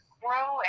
grow